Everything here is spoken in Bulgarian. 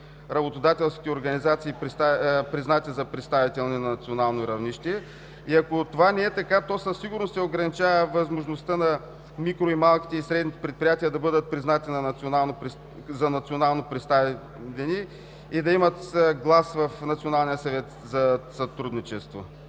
работодателски организации, признати за представителни на национално равнище. Ако това не е така, то със сигурност се ограничава възможността на микро, малките и средните предприятия да бъдат признати за национално представени и да имат глас в Националния съвет